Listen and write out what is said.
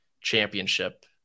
championship